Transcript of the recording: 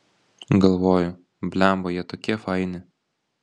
galvoju blemba jie tokie faini